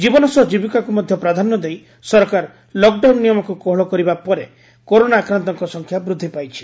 ଜୀବନ ସହ ଜୀବିକାକୁ ମଧ୍ଧ ପ୍ରାଧାନ୍ୟ ଦେଇ ସରକାର ଲକ୍ଡାଉନ୍ ନିୟମକୁ କୋହଳ କରିବା ପରେ କରୋନା ଆକ୍ରାନ୍ତଙ୍କ ସଂଖ୍ୟା ବୃଦ୍ଧି ପାଇଛି